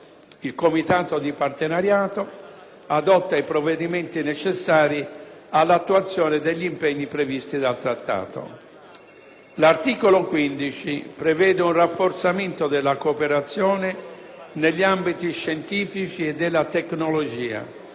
Il Comitato di partenariato adotta i provvedimenti necessari all'attuazione degli impegni previsti dal Trattato. L'articolo 15 prevede un rafforzamento della cooperazione negli ambiti scientifici e della tecnologia,